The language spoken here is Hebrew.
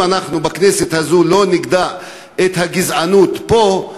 אם אנחנו בכנסת הזאת לא נגדע את הגזענות פה,